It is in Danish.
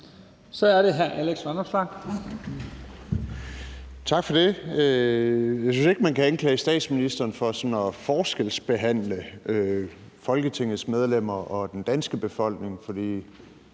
Kl. 00:37 Alex Vanopslagh (LA): Tak for det. Jeg synes ikke, at man kan anklage statsministeren for sådan at forskelsbehandle Folketingets medlemmer og den danske befolkning, for